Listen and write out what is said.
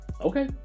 Okay